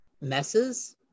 messes